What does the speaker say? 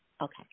Okay